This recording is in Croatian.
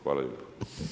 Hvala lijepo.